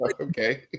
Okay